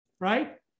Right